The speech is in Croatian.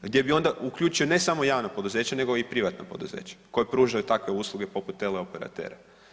Gdje bi onda uključio ne samo javna poduzeća, nego i privatna poduzeća koja pružaju takve usluge poput teleoperatera.